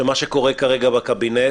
שמה שקורה כרגע בקבינט